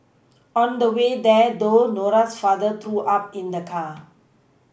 on the way there though Nora's father threw up in the car